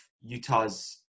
Utah's